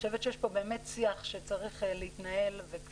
פה, כפי